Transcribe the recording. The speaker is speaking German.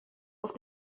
auf